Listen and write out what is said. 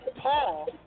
Paul